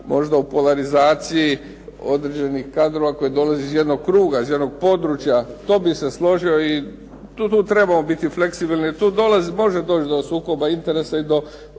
možda u polarizaciji određenih kadrova koje dolazi iz jednog kruga, iz jednog područja. To bih se složio i tu trebamo biti fleksibilni. Jer tu može doći do sukoba interesa i do